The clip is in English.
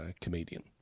comedian